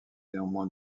néanmoins